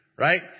right